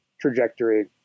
trajectory